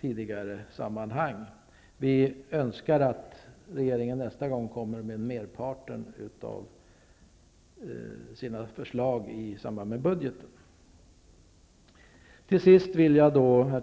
tidigare sammanhang. Vi önskar attt regeringen nästa gång kommer med merparten av sina förslag i samband med budgeten. Herr talman!